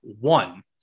one